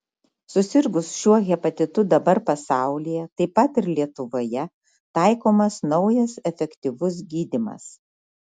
susirgus šiuo hepatitu dabar pasaulyje taip pat ir lietuvoje taikomas naujas efektyvus gydymas